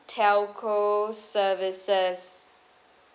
telco services